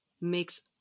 makes